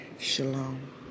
Shalom